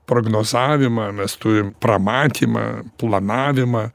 prognozavimą mes turim pramatymą planavimą